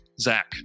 Zach